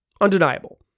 Undeniable